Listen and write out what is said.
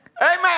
Amen